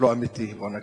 לא אמיתי, בוא נגיד,